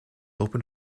open